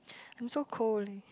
I'm so cold